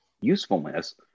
usefulness